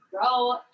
grow